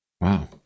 wow